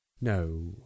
No